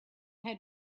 had